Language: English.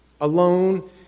alone